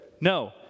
No